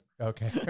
Okay